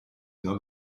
not